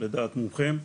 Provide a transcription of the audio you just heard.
לדעת מומחים,